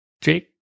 Jake